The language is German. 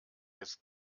jetzt